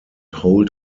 hold